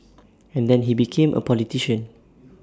and then he became A politician